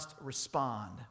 respond